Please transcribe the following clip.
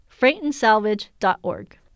FreightandSalvage.org